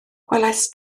gwelais